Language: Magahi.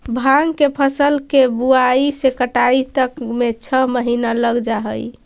भाँग के फसल के बुआई से कटाई तक में छः महीना लग जा हइ